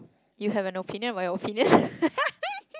you have an opinion on your opinion